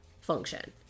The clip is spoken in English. function